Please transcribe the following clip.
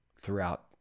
throughout